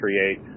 create